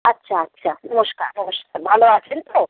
আচ্ছা আচ্ছা নমস্কার নমস্কার ভালো আছেন তো